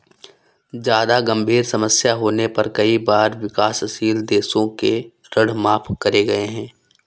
जादा गंभीर समस्या होने पर कई बार विकासशील देशों के ऋण माफ करे गए हैं